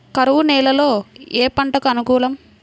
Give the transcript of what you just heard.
కరువు నేలలో ఏ పంటకు అనుకూలం?